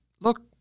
look